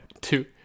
two